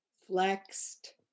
flexed